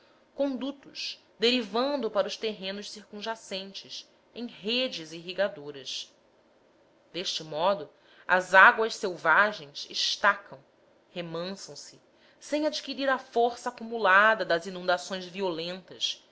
condutos derivando para os terrenos circunjacentes em redes irrigadoras deste modo as águas selvagens estavam remansam se sem adquirir a força acumulada das inundações violentas